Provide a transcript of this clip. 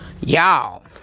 y'all